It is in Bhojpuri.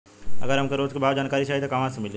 अगर हमके रोज के भाव के जानकारी चाही त कहवा से मिली?